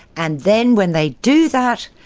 and then when they do that,